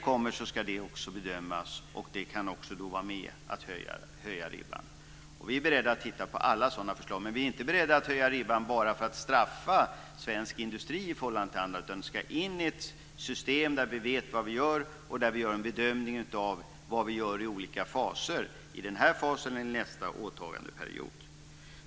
När den är färdig ska detta också bedömas, och det kan då också vara en del när vi höjer ribban. Vi är beredda att titta på alla sådana förslag, men vi är inte beredda att höja ribban bara för att straffa svensk industri i förhållande till andra. Det ska in i ett system där vi vet vad vi gör och där vi gör en bedömning av vad vi gör i olika faser; i den här fasen eller i nästa åtagandeperiod.